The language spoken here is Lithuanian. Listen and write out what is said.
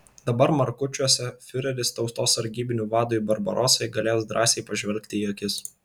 dabar markučiuose fiureris tautos sargybinių vadui barbarosai galės drąsiai pažvelgti į akis